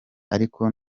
ariko